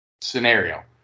scenario